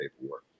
paperwork